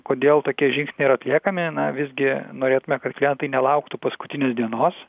kodėl tokie žingsniai yra atliekami na visgi norėtume kad klientai nelauktų paskutinės dienos